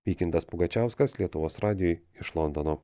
vykintas pugačiauskas lietuvos radijui iš londono